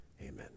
Amen